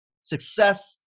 success